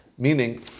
Meaning